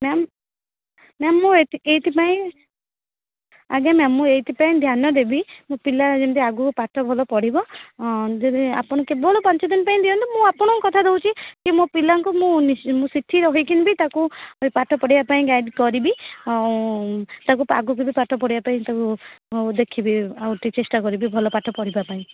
ma'am ma'am ମୁଁ ଏଇଥିପାଇଁ ଆଜ୍ଞା ମ୍ୟାମ ମୁଁ ଏଇଥିପାଇଁ ଧ୍ୟାନ ଦେବି ମୋ ପିଲା ଯେମିତି ଆଗକୁ ପାଠ ଭଲ ପଢ଼ିବ ଯଦି ଆପଣ କେବଳ ପାଞ୍ଚ ଦିନି ପାଇଁ ଦିଅନ୍ତୁ ମୁଁ ଆପଣଙ୍କୁ କଥା ଦେଉଛି କି ପିଲାଙ୍କୁ ମୁଁ ସେଠି ରହିକିନି ତାକୁ ପାଠ ପଢ଼ାଇବା ପାଇଁ ଗାଇଡ଼ କରିବି ଆଉ ତାକୁ ଆଗକୁ ବି ପାଠ ପଢ଼ାଇବା ପାଇଁ ତାକୁ ଦେଖିବି ଆଉ ଚେଷ୍ଟା କରିବି ଭଲ ପାଠ ପଢ଼ିବା ପାଇଁ